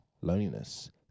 loneliness